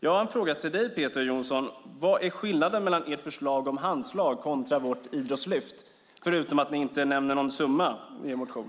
Jag har en fråga till dig, Peter Johnsson. Vad är skillnaden mellan ert förslag om Handslaget mot vårt Idrottslyftet, förutom att ni inte nämner någon summa i er motion?